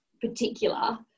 particular